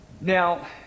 Now